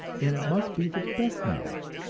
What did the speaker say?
and it must be the best knowledge,